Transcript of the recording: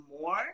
more